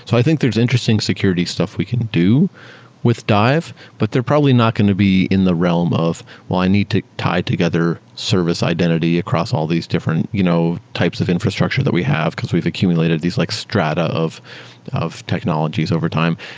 so i think there's interesting security stuff we can do with dive, but they're probably not going to be in the realm of well, i need to tie together service identity across all these different you know types of infrastructure that we have, because we've accumulated these like strata of of technologies over time.